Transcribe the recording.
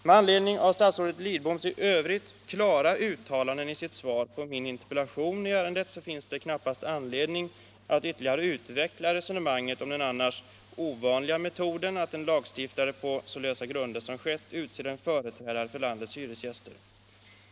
Med anledning av statsrådet Lidboms i övrigt klara uttalanden i svaret finns det knappast anledning att ytterligare utveckla resonemanget om den annars ovanliga metoden att på så lösa grunder som här skett utse en företrädare för landets hyresgäster.